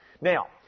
Now